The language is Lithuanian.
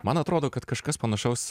man atrodo kad kažkas panašaus